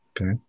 Okay